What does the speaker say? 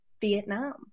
Vietnam